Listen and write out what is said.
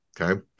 okay